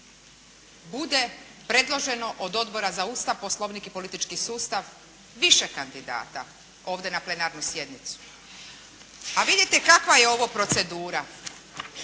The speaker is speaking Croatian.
bude predloženo od Odbora za Ustav, poslovnik i politički sustav više kandidata ovdje na plenarnu sjednicu. A vidite kakva je ova procedura?